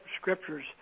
scriptures